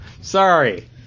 Sorry